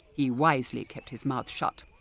he wisely kept his mouth shut.